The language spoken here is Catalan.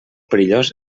perillós